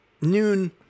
noon